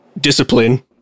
discipline